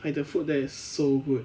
like the food there is so good